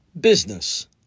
Business